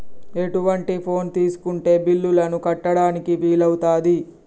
ఎటువంటి ఫోన్ తీసుకుంటే బిల్లులను కట్టడానికి వీలవుతది?